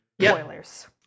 Spoilers